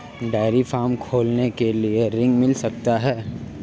Dairy farm खोलने के लिए ऋण मिल सकता है?